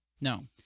No